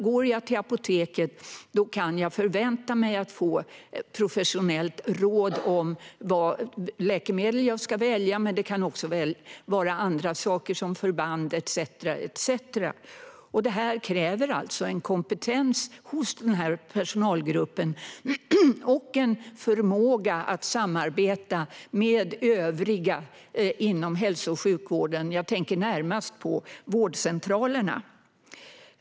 Går de till apoteket kan de förvänta sig att få ett professionellt råd om vilket läkemedel de ska välja, men det kan också vara råd om andra saker som förband etcetera. Detta kräver en kompetens hos den här personalgruppen och en förmåga att samarbeta med övriga inom hälso och sjukvården. Jag tänker då närmast på vårdcentralerna.